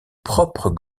propre